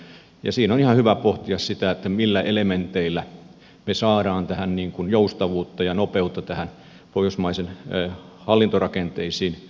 siinä on ihan hyvä pohtia sitä millä elementeillä me saamme joustavuutta ja nopeutta näihin hallintorakenteisiin